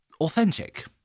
authentic